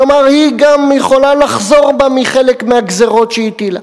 כלומר היא גם יכולה לחזור בה מחלק מהגזירות שהטילה.